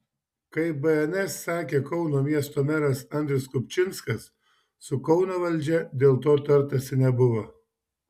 kaip bns sakė kauno miesto meras andrius kupčinskas su kauno valdžia dėl to tartasi nebuvo